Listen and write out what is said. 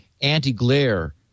anti-glare